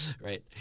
right